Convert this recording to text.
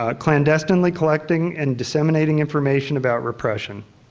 ah clandestinely collecting and disseminating information about repression.